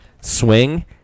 swing